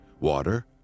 Water